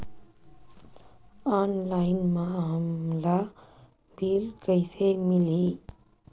Online म हमला bill कइसे मिलही?